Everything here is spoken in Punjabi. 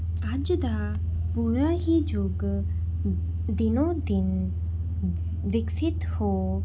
ਅੱਜ ਦਾ ਪੂਰਾ ਹੀ ਯੁੱਗ ਦਿਨੋਂ ਦਿਨ ਵਿਕਸਿਤ ਹੋ